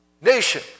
nation